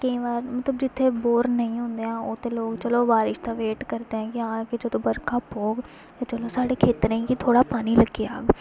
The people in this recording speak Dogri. केईं बार मतलब जि'त्थें बोर नेईं होंदा ऐ ओह् ते लोक चलो बारिश दा वेट करदे ऐ कि जां जदूं बरखा पौग ते चलो साढ़े खेत्तरें गी थोह्ड़ा पानी लग्गी जाह्ग